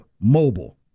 mobile